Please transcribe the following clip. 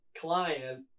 client